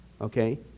okay